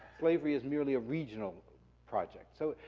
slavery is merely a regional project. so,